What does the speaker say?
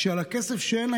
כשעל הכסף שאין לה,